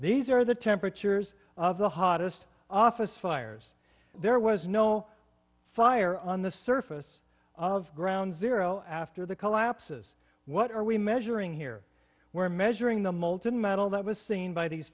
these are the temperatures of the hottest office fires there was no fire on the surface of ground zero after the collapses what are we measuring here we're measuring the molten metal that was seen by these